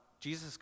Jesus